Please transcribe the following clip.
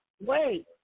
Wait